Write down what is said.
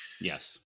Yes